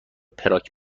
پراگ